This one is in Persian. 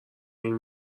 این